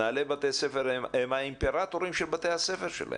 מנהלי בתי הספר הם האינטרטורים של בתי הספר שלהם.